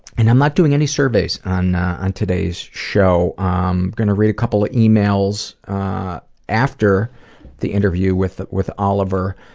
and i'm not doing any surveys on on today's show. i'm gonna read a couple of emails after the interview with with oliver,